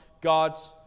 God's